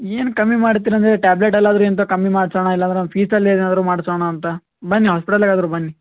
ಏನು ಕಮ್ಮಿ ಮಾಡ್ತಿರಂದರೆ ಟ್ಯಾಬ್ಲೆಟ್ ಎಲ್ಲದ್ರಕ್ಕಿಂತ ಕಮ್ಮಿ ಮಾಡಿಸೋಣ ಇಲ್ಲಾಂದ್ರೆ ನನ್ನ ಫೀಸಲ್ಲಿ ಏನಾದರು ಮಾಡಿಸೋಣ ಅಂತ ಬನ್ನಿ ಹಾಸ್ಪಿಟಲ್ಗಾದರು ಬನ್ನಿ